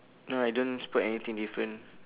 no I don't spot anything different